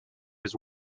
his